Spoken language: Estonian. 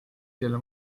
kelle